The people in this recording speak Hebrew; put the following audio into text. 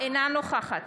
אינה נוכחת